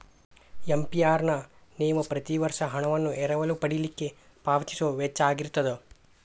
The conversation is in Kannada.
ಎ.ಪಿ.ಆರ್ ನ ನೇವ ಪ್ರತಿ ವರ್ಷ ಹಣವನ್ನ ಎರವಲ ಪಡಿಲಿಕ್ಕೆ ಪಾವತಿಸೊ ವೆಚ್ಚಾಅಗಿರ್ತದ